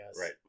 Right